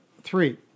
three